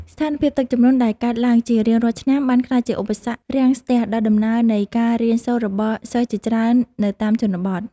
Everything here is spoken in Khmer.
ស្ថានភាពទឹកជំនន់ដែលកើនឡើងជារៀងរាល់ឆ្នាំ បានក្លាយជាឧបសគ្គរាំងស្ទះដល់ដំណើរការនៃការរៀនសូត្ររបស់សិស្សជាច្រើននៅតាមជនបទ។